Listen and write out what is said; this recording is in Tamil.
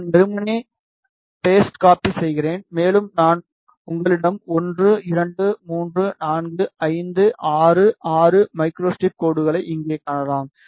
நான் வெறுமனே பேஸ்ட் காப்பி செய்கிறேன் மேலும் நான் உங்களிடம் 1 2 3 4 5 6 6 மைக்ரோஸ்ட்ரிப் கோடுகளை இங்கே காணலாம்